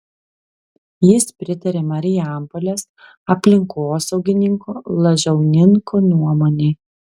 jis pritarė marijampolės aplinkosaugininko lažauninko nuomonei